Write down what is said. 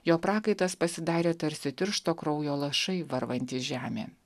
jo prakaitas pasidarė tarsi tiršto kraujo lašai varvantys žemėn